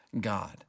God